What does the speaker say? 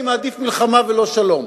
אני מעדיף מלחמה ולא שלום.